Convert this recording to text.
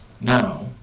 Now